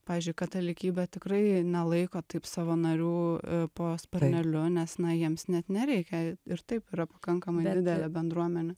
pavyzdžiui katalikybė tikrai nelaiko taip savo narių po sparneliu nes na jiems net nereikia ir taip yra pakankamai didelė bendruomenė